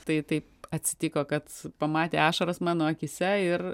tai taip atsitiko kad pamatė ašaras mano akyse ir